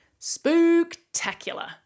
Spooktacular